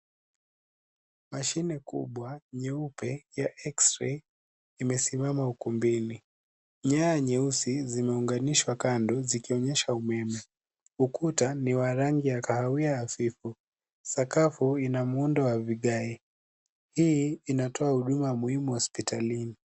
Mashine kubwa nyeupe ya (cs)x-ray(cs) imesimama ukumbini. Nyaya nyeusi zimeunganishwa kando, zikionyesha umeme. Ukuta ni wa rangi ya kahawia hafifu, na sakafu ina muundo wa vigae. Hii inatoa huduma muhimu hospitalini.